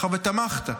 מאחר שתמכת,